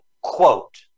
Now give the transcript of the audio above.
quote